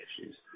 issues